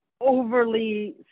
overly